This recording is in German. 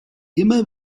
immer